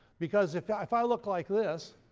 because if yeah if i look like this,